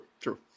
true